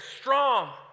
strong